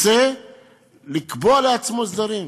וינסה לקבוע לעצמו סדרים.